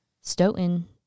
Stoughton